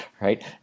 right